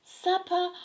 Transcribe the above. Supper